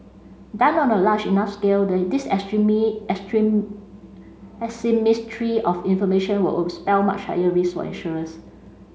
done on a large enough scale the this asymmetry of information would would spell much higher risk for insurers